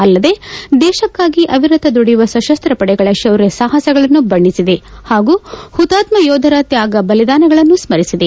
ಅಲ್ಲದೆ ದೇಶಕ್ಕಾಗಿ ಅವಿರತ ದುಡಿಯುವ ಸಶಸ್ತ ಪಡೆಗಳ ಶೌರ್ಯ ಸಾಪಸಗಳನ್ನು ಬಣ್ಣಿಸಿದೆ ಹಾಗೂ ಪುತಾತ್ಮ ಯೋಧರ ತ್ಯಾಗ ಬಲಿದಾನಗಳನ್ನು ಸ್ಕರಿಸಿದೆ